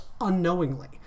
unknowingly